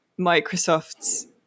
Microsoft's